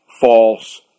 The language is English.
false